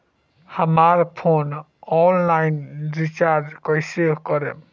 हमार phone online recharge कईसे करेम?